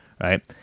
right